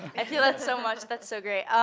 i feel that so much. that's so great.